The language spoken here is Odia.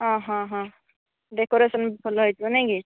ଅ ହଁ ହଁ ହଁ ଡେକୋରେସନ୍ ଭଲ ହୋଇଥିବ ନାହିଁ କି